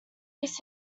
used